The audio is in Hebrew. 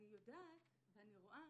אני יודעת ואני רואה,